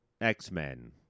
X-Men